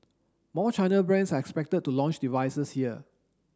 more China brands are expected to launch devices here